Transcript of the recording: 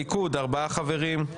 ליכוד ארבעה חברים,